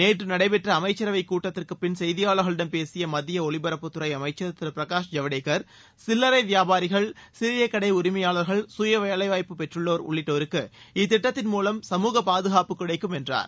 நேற்று நடைபெற்ற அமைச்சரவைக் கூட்டத்திற்குப்பின் செய்தியாளர்களிடம் பேசிய மத்திய ஒலிபரப்புத்துறை அமைச்சர் திரு பிரகாஷ் ஜவ்டேகர் சில்லரை வியாபாரிகள் சிறிய கடை உரிமையாளர்கள் சுய வேலைவாய்ப்பு பெற்றுள்ளோர் உள்ளிட்டோருக்கு இந்தத் திட்டத்தின் மூலம் சமூகப்பாதுகாப்பு கிடைக்கும் என்றார்